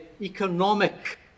economic